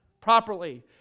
properly